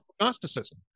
Gnosticism